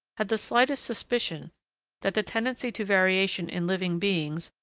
had the slightest suspicion that the tendency to variation in living beings,